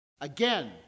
Again